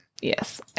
Yes